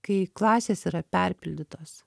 kai klasės yra perpildytos